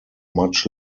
much